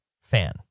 fan